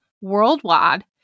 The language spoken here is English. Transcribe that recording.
worldwide